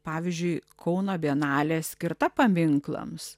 pavyzdžiui kauno bienalė skirta paminklams